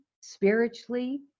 spiritually